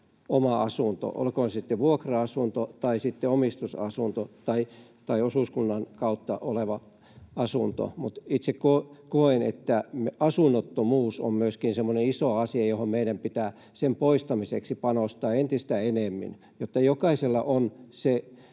oma asunto, olkoon se sitten vuokra-asunto tai omistusasunto tai osuuskunnan kautta tuleva asunto. Itse koen, että asunnottomuus on semmoinen iso asia, jonka poistamiseen meidän pitää panostaa entistä enemmän, jotta jokaisella on